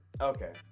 Okay